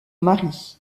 mari